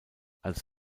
als